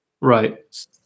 Right